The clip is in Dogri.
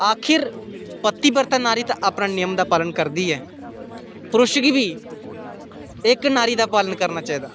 आखर पतिवर्ता नारी ते अपना नियम दा पालन करदी गै पुरश गी बी इक नारी दा पालन करना चाहिदा